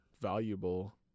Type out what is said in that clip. valuable